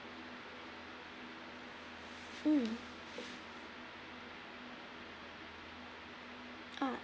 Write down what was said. mm uh